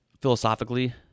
philosophically